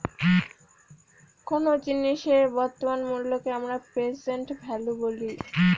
কোন জিনিসের বর্তমান মুল্যকে আমরা প্রেসেন্ট ভ্যালু বলি